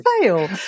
fail